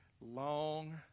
long